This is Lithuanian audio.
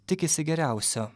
tikisi geriausio